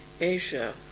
Asia